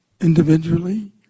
individually